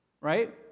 Right